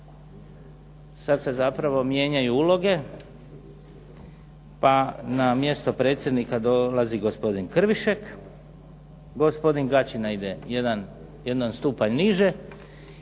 Sad se zapravo mijenjaju uloge, pa na mjesto predsjednika dolazi gospodin Krvišek, gospodin Gačina ide jedan stupanj niže